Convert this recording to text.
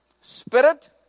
spirit